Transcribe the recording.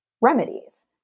remedies